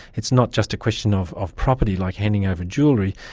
it's not just a question of of property like handing over jewellery,